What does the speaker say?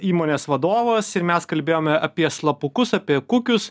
įmonės vadovas ir mes kalbėjome apie slapukus apie kukius